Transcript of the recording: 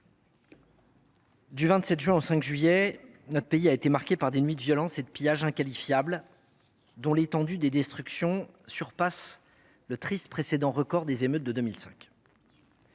du 27 juin au 5 juillet, notre pays a été marqué par des nuits de violences et de pillages inqualifiables, avec des destructions dont l’étendue surpasse le triste précédent des émeutes de 2005.